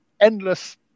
endless